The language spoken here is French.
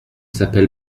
s’appelle